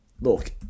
look